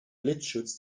blitzschutz